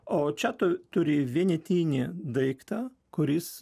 o čia tu turi vienetinį daiktą kuris